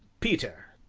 peter,